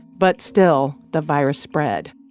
but still, the virus spread.